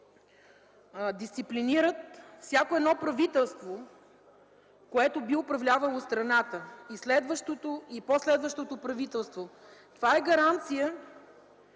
дисциплинират всяко едно правителство, което би управлявало страната – и следващото, и по-следващото правителство. Това е гаранция,